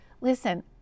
listen